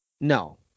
No